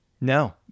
No